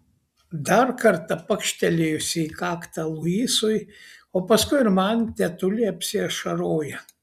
dar kartą pakštelėjusi į kaktą luisui o paskui ir man tetulė apsiašaroja